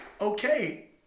okay